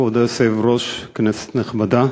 כבוד היושב-ראש, כנסת נכבדה,